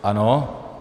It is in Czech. Ano.